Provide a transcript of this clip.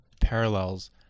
parallels